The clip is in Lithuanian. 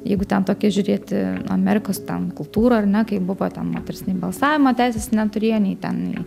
jeigu ten tokia žiūrėti amerikos ten kultūra ar ne kai buvo ten moteris nei balsavimo teisės neturėjo nei ten